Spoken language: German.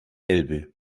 elbe